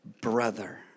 brother